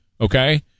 Okay